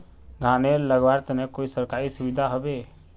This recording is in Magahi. धानेर लगवार तने कोई सरकारी सुविधा होबे?